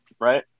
Right